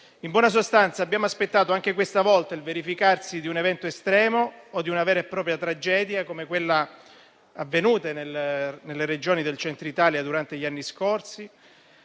In buona sostanza, abbiamo aspettato anche questa volta il verificarsi di un evento estremo o di una vera e propria tragedia, come quella avvenuta nelle Regioni del Centro Italia durante gli anni scorsi